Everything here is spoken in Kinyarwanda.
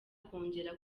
kongera